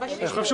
12:40.